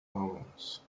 omens